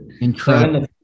Incredible